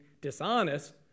dishonest